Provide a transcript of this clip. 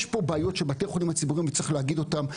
יש פה בעיות של בתי החולים הציבוריים וצריך להגיד אותם.